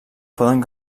poden